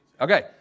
Okay